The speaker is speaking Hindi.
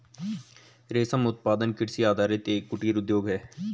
रेशम उत्पादन कृषि आधारित एक कुटीर उद्योग है